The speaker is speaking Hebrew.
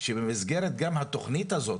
שגם במסגרת התוכנית הזאת